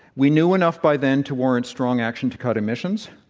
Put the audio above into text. we knew enough by then to warrant strong action to cut emissions.